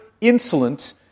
insolent